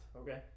Okay